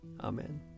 Amen